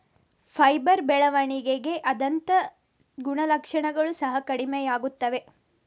fibre ಬೆಳವಣಿಗೆ ಆದಂತೆ ಗುಣಲಕ್ಷಣಗಳು ಸಹ ಕಡಿಮೆಯಾಗುತ್ತವೆ